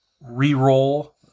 re-roll